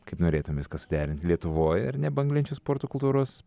kaip norėtum viską suderint lietuvoje ar ne banglenčių sporto kultūros